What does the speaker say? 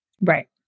Right